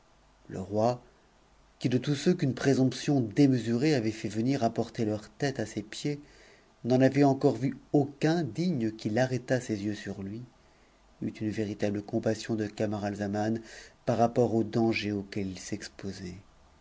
le roi qui de tous ceux qu'une présomption démesurée ay fait venir apporter leurs têtes à ses pieds n'en avait encore vu aucun digne qu'i arrêtât ses yeux sur lui eut une véritable compassion de ci maralzaman par rapport au danger auquel il s'exposait